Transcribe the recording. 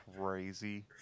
crazy